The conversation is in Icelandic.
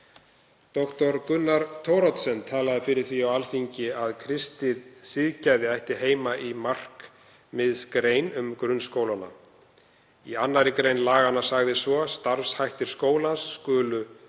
Dr. Gunnar Thoroddsen talaði fyrir því á Alþingi að kristið siðgæði ætti heima í markmiðsgrein um grunnskólana. Í 2. gr. laganna sagði svo: „Starfshættir skólans skulu því